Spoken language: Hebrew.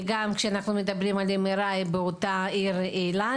גם כשאנחנו מדברים על MRI בעיר אילת,